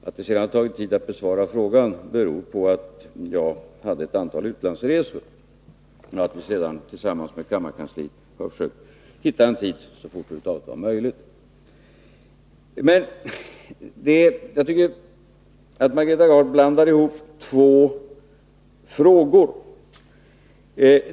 Att det tagit tid att besvara frågan beror på att jag hade ett antal utlandsresor. Jag har sedan tillsammans med kammarkansliet sökt hitta en tid så fort det över huvud taget var möjligt. Jag tycker att Margareta Gard blandar ihop två frågor.